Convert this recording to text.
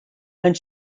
and